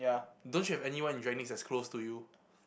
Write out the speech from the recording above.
don't you have anyone in that's close to you